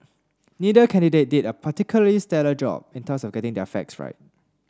neither candidate did a particularly stellar job in terms of getting their facts right